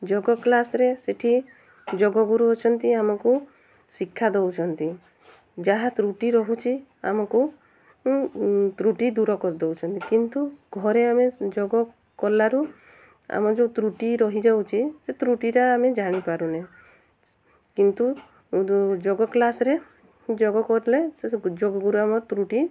ଯୋଗ କ୍ଲାସରେ ସେଠି ଯୋଗଗୁରୁ ଅଛନ୍ତି ଆମକୁ ଶିକ୍ଷା ଦଉଛନ୍ତି ଯାହା ତ୍ରୁଟି ରହୁଛି ଆମକୁ ତ୍ରୁଟି ଦୂର କରିଦେଉଛନ୍ତି କିନ୍ତୁ ଘରେ ଆମେ ଯୋଗ କଲାରୁ ଆମ ଯେଉଁ ତ୍ରୁଟି ରହିଯାଉଛି ସେ ତ୍ରୁଟିଟା ଆମେ ଜାଣିପାରୁନେ କିନ୍ତୁ ଯୋଗ କ୍ଲାସରେ ଯୋଗ କଲେ ସେ ଯୋଗଗୁରୁ ଆମ ତ୍ରୁଟି